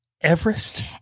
Everest